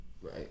Right